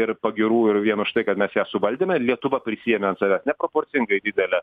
ir pagyrų ir vien už tai kad mes ją suvaldėme lietuva prisiėmė ant savęs neproporcingai didelę